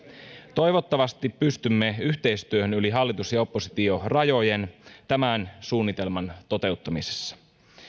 toivottavasti pystymme yhteistyöhön yli hallitus ja oppositiorajojen tämän suunnitelman toteuttamisessa